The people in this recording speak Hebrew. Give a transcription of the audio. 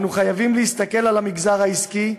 אנו חייבים להסתכל על המגזר העסקי,